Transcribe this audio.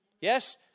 Yes